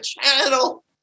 channel